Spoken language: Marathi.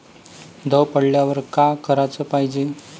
दव पडल्यावर का कराच पायजे?